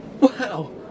Wow